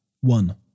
One